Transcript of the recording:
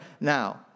now